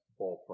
ballpark